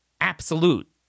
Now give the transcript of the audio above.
absolute